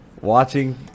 watching